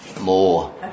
more